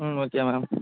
ம் okay madam